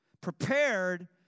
prepared